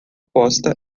aposta